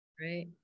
Right